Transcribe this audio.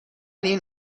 این